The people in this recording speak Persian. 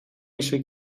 میشه